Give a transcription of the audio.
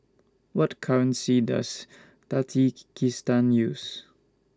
What currency Does Tajikikistan use